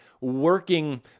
working